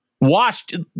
Washed